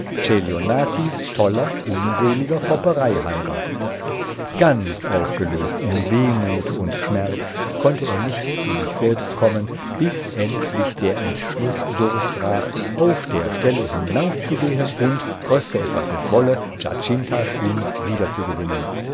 toller unseliger fopperei halber ganz aufgelöst in wehmut und schmerz konnte er nicht zu sich selbst kommen bis endlich der entschluß durchbrach auf der stelle hinaufzugehen und koste es was es wolle giacintas gunst wiederzugewinnen gedacht